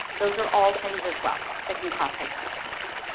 those are all things as well that can cause psychotic.